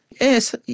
Yes